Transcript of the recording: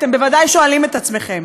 אתם בוודאי שואלים את עצמכם.